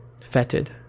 fetid